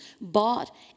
bought